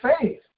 faith